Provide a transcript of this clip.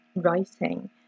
writing